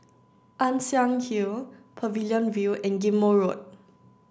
Ann Siang Hill Pavilion View and Ghim Moh Road